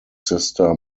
sister